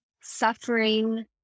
suffering